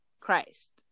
Christ